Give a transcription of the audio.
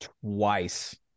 Twice